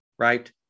right